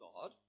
God